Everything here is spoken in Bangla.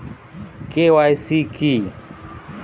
কে.ওয়াই.সি কি?